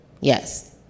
Yes